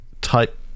type